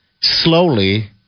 slowly